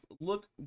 look